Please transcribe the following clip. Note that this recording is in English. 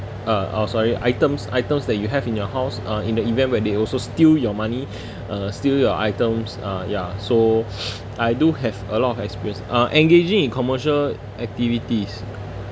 uh oh sorry items items that you have in your house uh in the event where they also steal your money uh steal your items uh ya so I do have a lot of experience uh engaging in commercial activities